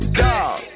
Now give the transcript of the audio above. dog